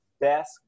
best